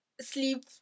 sleep